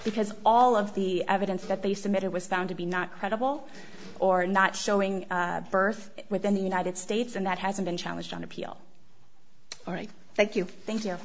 because all of the evidence that they submitted was found to be not credible or not showing birth within the united states and that hasn't been challenged on appeal all right thank you thank you